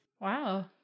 Wow